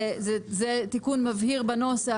זה תיקון מבהיר בנוסח,